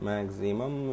Maximum